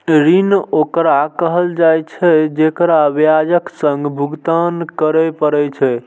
ऋण ओकरा कहल जाइ छै, जेकरा ब्याजक संग भुगतान करय पड़ै छै